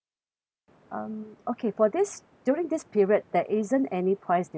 um okay for this during this period there isn't any price difference